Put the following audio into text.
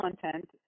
content